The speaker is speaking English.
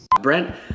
Brent